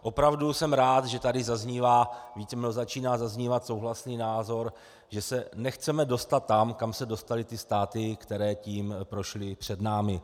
Opravdu jsem rád, že tady začíná zaznívat souhlasný názor, že se nechceme dostat tam, kam se dostaly ty státy, které tím prošly před námi.